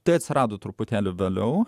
tai atsirado truputėlį vėliau